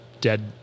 dead